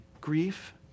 grief